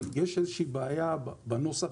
אבל יש איזושהי בעיה בנוסח,